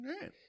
right